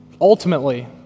ultimately